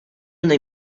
una